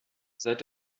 seit